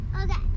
Okay